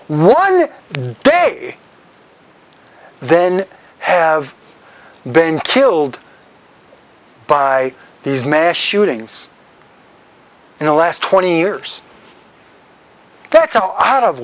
one day then i have been killed by these mass shootings in the last twenty years that's so out of